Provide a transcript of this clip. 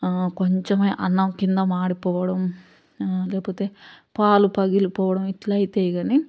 కొంచెమే అన్నం కింద మాడిపోవడం లేకపోతే పాలు పగిలిపోవడం ఇట్లా అవుతాయి కానీ